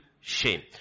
shame